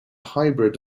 hybrid